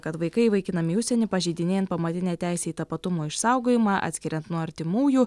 kad vaikai įvaikinami į užsienį pažeidinėjant pamatinę teisę į tapatumo išsaugojimą atskiriant nuo artimųjų